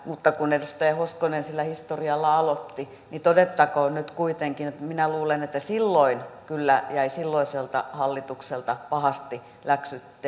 mutta kun edustaja hoskonen sillä historialla aloitti niin todettakoon nyt kuitenkin että minä luulen että silloin kyllä jäivät silloiselta hallitukselta pahasti läksyt